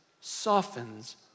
softens